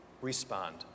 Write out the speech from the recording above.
respond